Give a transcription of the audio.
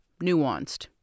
nuanced